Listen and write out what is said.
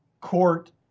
court